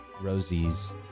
Rosie's